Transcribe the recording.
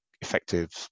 effective